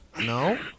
No